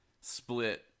split